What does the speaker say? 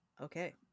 Okay